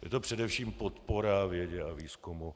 Je to především podpora vědě a výzkumu.